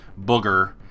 booger